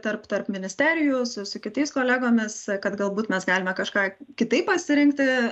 tarp tarp ministerijų su su kitais kolegomis kad galbūt mes galime kažką kitaip pasirinkti